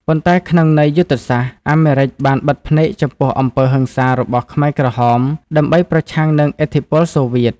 ប៉ុន្តែក្នុងន័យយុទ្ធសាស្ត្រ អាមេរិកបានបិទភ្នែកចំពោះអំពើហិង្សារបស់ខ្មែរក្រហមដើម្បីប្រឆាំងនឹងឥទ្ធិពលសូវៀត។